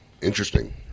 interesting